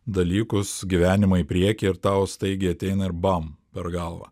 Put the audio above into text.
dalykus gyvenimą į priekį ir tau staigiai ateina ir bam per galvą